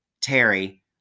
Terry